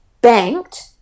banked